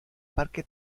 parque